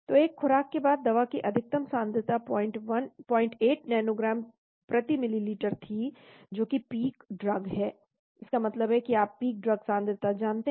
तो एक खुराक के बाद दवा की अधिकतम सांद्रता 08 नैनोग्राम प्रति मिलीलीटर थी जो कि पीक ड्रग है इसका मतलब है कि आप पीक ड्रग सांद्रता जानते हैं